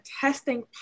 testing